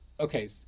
Okay